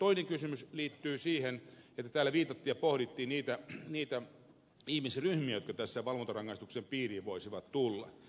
toinen kysymys liittyy siihen että täällä viitattiin ja pohdittiin niitä ihmisryhmiä jotka valvontarangaistuksen piiriin voisivat tulla